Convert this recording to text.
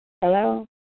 Hello